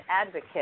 advocate